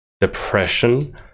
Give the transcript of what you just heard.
depression